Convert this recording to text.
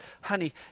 Honey